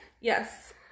Yes